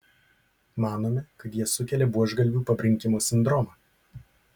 manome kad jie sukelia buožgalvių pabrinkimo sindromą